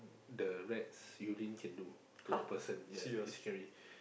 the rat's urine can do to a person ya is scary